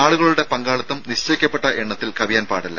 ആളുകളുടെ പങ്കാളിത്തം നിശ്ചയിക്കപ്പെട്ട എണ്ണത്തിൽ കവിയാൻ പാടില്ല